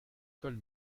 col